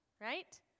right